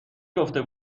گفته